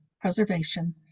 preservation